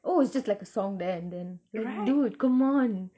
oh it's just like a song there and then like dude come on